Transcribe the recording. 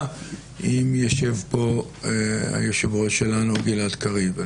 אם ישב פה היושב-ראש שלנו גלעד קריב.